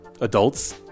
adults